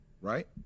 right